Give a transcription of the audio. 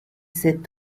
said